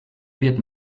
wird